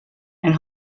and